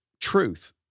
truth